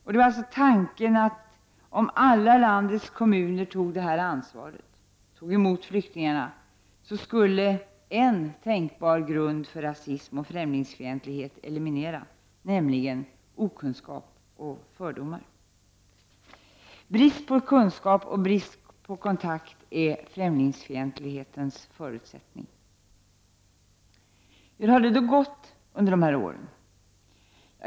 Tanken var att om alla landets kommuner tog det här ansvaret och tog emot flyktingar, skulle en tänkbar grund för rasism och främlingsfientlighet elimineras, nämligen okunskap och fördomar. Brist på kunskap och brist på kontakt är främlingsfientlighetens förutsättningar. Hur har det då gått under de här åren?